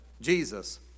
Jesus